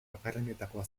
bakarrenetakoa